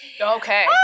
Okay